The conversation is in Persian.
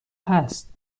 هست